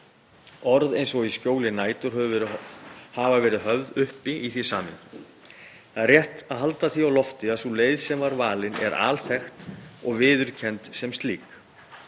Orð eins og „í skjóli nætur“ hafa verið höfð uppi í því samhengi. Er rétt að halda því á lofti að sú leið sem var valin er alþekkt og viðurkennd sem slík,